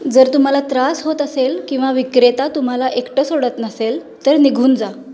जर तुम्हाला त्रास होत असेल किंवा विक्रेता तुम्हाला एकटं सोडत नसेल तर निघून जा